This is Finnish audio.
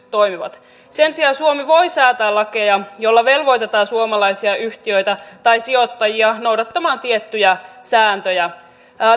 toimivat sen sijaan suomi voi säätää lakeja joilla velvoitetaan suomalaisia yhtiöitä tai sijoittajia noudattamaan tiettyjä sääntöjä